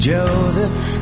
Joseph